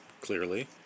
clearly